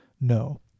No